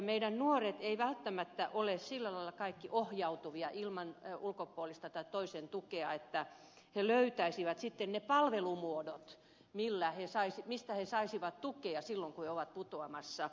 meidän nuoremme eivät välttämättä ole sillä lailla kaikki ohjautuvia ilman ulkopuolista tai toisen tukea että he löytäisivät sitten ne palvelumuodot mistä he saisivat tukea silloin kun he ovat putoamassa